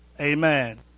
Amen